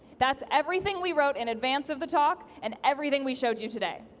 that's everything we wrote in advance of the talk and everything we showed you today.